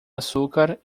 açúcar